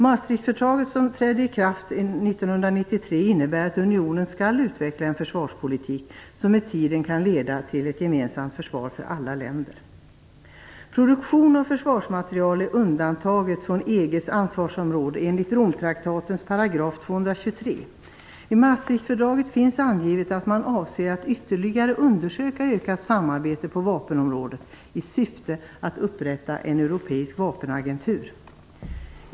Maastrichtfördraget, som trädde i kraft 1993, innebär att unionen skall utveckla en försvarspolitik, som med tiden kan leda till ett gemensamt försvar för alla länder. Produktion av försvarsmaterial är undantaget från Maastrichtfördraget finns angivet att man avser att ytterligare undersöka ökat samarbete på vapenområdet i syfte att upprätta en europeisk vapenagentur.